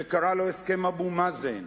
וקרא לו "הסכם אבו מאזן",